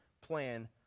plan